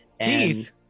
Teeth